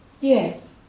Yes